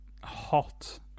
hot